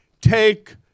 take